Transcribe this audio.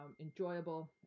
enjoyable